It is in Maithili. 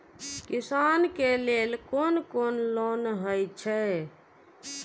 किसान के लेल कोन कोन लोन हे छे?